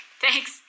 Thanks